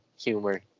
humor